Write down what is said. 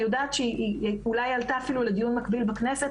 אני יודעת שהיא אולי עלתה אפילו לדיון מקביל בכנסת,